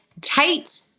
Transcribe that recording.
tight